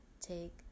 take